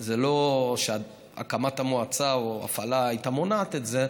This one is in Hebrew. שזה לא שהקמת המועצה או הפעלתה היו מונעות את זה,